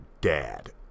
dad